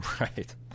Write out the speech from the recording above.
Right